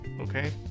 okay